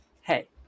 hey